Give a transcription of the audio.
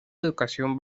educación